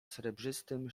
srebrzystym